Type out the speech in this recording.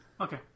Okay